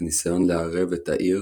כניסיון לערב את העיר